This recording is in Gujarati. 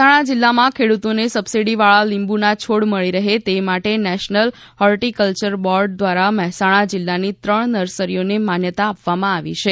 મહેસાણા જીલ્લામાં ખેડૂતોને સબસીડીવાળા લીંબુના છોડ મળી રહે તે માટે નેશનલ હોર્ટીકલ્યર બોર્ડ દ્વારા મહેસાણા જીલ્લાની ત્રણ નર્સરીઓને માન્યતા આપવામાં આવી છે